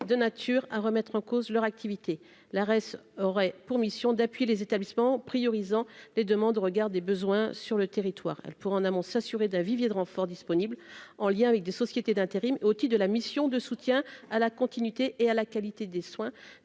de nature à remettre en cause leur activité la res aurait pour mission d'appui les établissements priorisant des demandes au regard des besoins sur le territoire, elle pour en amont s'assurer d'un vivier de renforts disponible en lien avec des sociétés d'intérim aussi de la mission de soutien à la continuité et à la qualité des soins